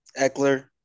Eckler